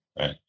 Right